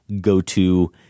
go-to